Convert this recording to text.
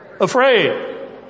afraid